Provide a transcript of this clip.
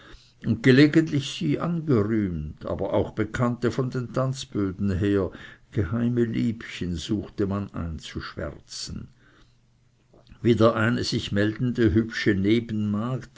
gelegentlich sie angerühmt aber auch bekannte von den tanzböden her geheime liebchen suchte man einzuschwärzen wider eine sich meldende hübsche nebenmagd